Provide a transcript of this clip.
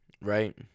Right